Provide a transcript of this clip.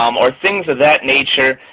um or things of that nature,